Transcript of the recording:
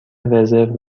رزرو